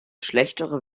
schlechtere